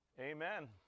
Amen